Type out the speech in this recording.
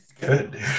Good